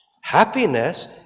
Happiness